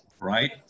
right